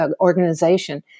organization